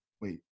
Wait